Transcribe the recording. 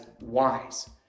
wise